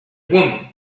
woman